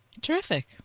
Terrific